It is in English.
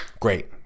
great